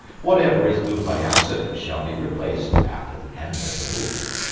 whatever is moved by accident shall be replaced after the end of the move.